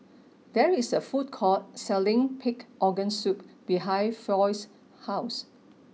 there is a food court selling Pig Organ Soup behind Foy's house